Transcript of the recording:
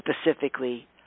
Specifically